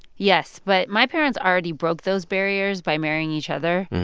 yes. but my parents already broke those barriers by marrying each other.